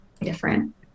Different